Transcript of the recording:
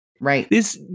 Right